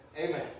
Amen